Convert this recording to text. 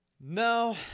no